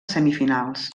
semifinals